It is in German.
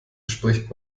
spricht